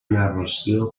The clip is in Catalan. narració